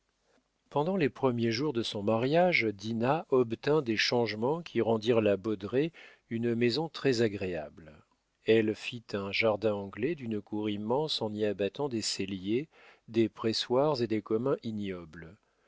pendant les premiers jours de son mariage dinah obtint des changements qui rendirent la baudraye une maison très-agréable elle fit un jardin anglais d'une cour immense en y abattant des celliers des pressoirs et des communs ignobles